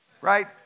Right